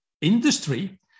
industry